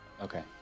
Okay